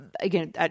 again